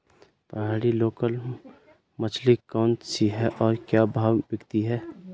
पहाड़ी लोकल मछली कौन सी है और क्या भाव बिकती है?